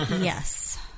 Yes